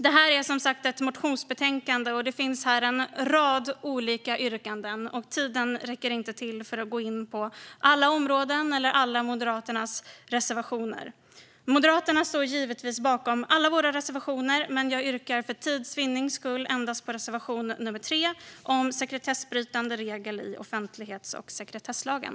Detta är som sagt ett motionsbetänkande, och det finns en rad olika yrkanden. Tiden räcker inte till att gå in på alla områden eller alla Moderaternas reservationer. Moderaterna står givetvis bakom alla sina reservationer, men jag yrkar för tids vinnande bifall endast till reservation nr 3 om sekretessbrytande regel i offentlighets och sekretesslagen.